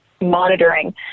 monitoring